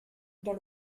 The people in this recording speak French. dans